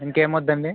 ఇంకేం వద్దండి